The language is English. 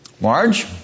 Marge